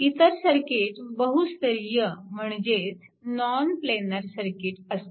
इतर सर्किट बहुस्तरीय म्हणजेच नॉन प्लेनार सर्किट असतात